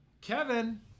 Kevin